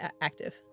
active